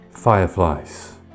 Fireflies